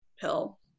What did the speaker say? pill